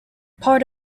part